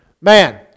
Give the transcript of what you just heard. man